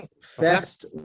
Fest